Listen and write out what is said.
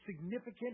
significant